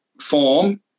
form